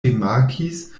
rimarkis